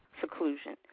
seclusion